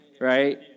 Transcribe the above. right